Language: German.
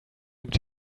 damit